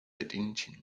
attention